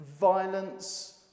violence